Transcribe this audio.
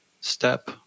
step